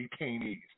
detainees